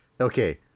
Okay